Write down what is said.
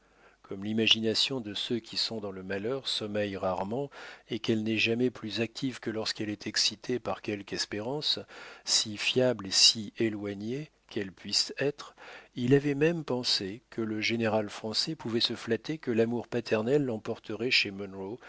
comme l'imagination de ceux qui sont dans le malheur sommeille rarement et qu'elle n'est jamais plus active que lorsqu'elle est excitée par quelque espérance si faible et si éloignée qu'elle puisse être il avait même pensé que le général français pouvait se flatter que l'amour paternel l'emporterait chez